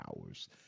hours